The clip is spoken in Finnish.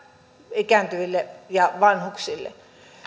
ikääntyville ja vanhuksille